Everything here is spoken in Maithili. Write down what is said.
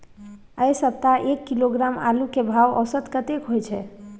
ऐ सप्ताह एक किलोग्राम आलू के भाव औसत कतेक होय छै?